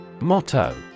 Motto